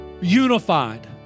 unified